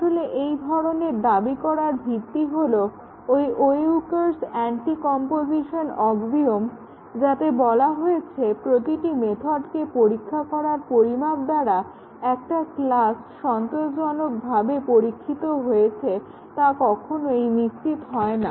আসলে এই ধরনের দাবি করার ভিত্তি হলো ওই Weyuker's anticomposition axiom Weyukar's Anticomposition axiom যাতে বলা হয়েছে প্রতিটি মেথডকে পরীক্ষা করার পরিমাণ দ্বারা একটা ক্লাস সন্তোষজনকভাবে পরীক্ষিত হয়েছে তা কখনই নিশ্চিত হয় না